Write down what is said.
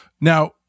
Now